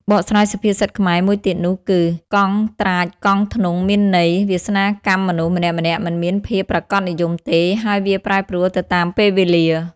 បកស្រាយសុភាសិតខ្មែរ មួយទៀតនោះគឺ កង់ត្រាចកង់ធ្នង់ មានន័យ វាសនាកម្មមនុស្សម្នាក់ៗមិនមានភាពប្រាកដនិយមទេ ហើយវាប្រែប្រួលទៅតាមពេលវេលា ។